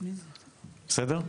בסדר?